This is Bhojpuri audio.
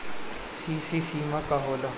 सी.सी सीमा का होला?